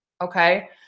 okay